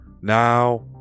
Now